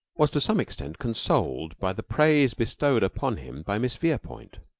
was to some extent consoled by the praise bestowed upon him by miss verepoint.